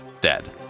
dead